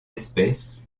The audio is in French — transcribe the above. espèces